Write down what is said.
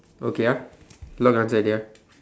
okay ah I lock answer already ah